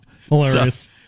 Hilarious